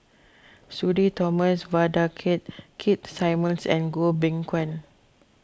Sudhir Thomas Vadaketh Keith Simmons and Goh Beng Kwan